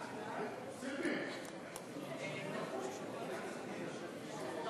סעיפים 1 2 נתקבלו.